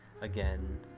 again